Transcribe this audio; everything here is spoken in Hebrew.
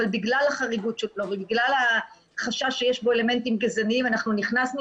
אבל בגלל החריגות שבו ובגלל החשש שיש בו אלמנטים גזעניים אנחנו נכנסנו